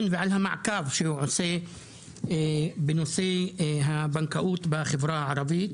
ועל המעקב שהוא עושה בנושא הבנקאות בחברה הערבית